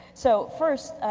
so first,